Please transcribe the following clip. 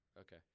Okay